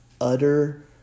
utter